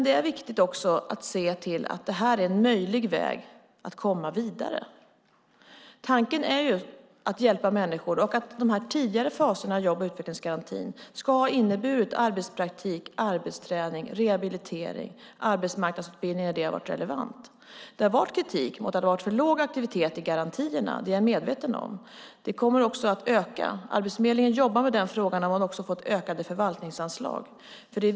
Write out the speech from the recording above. Det är viktigt att se det här som en möjlig väg att komma vidare. Tanken är att hjälpa människor. De tidigare faserna i jobb och utvecklingsgarantin ska ha inneburit arbetspraktik, arbetsträning, rehabilitering och arbetsmarknadsutbildning där det har varit relevant. Det har varit kritik mot att det var för låg aktivitet i garantierna, det är jag medveten om. Det kommer att öka. Arbetsförmedlingen jobbar med den frågan och har fått ökade förvaltningsanslag.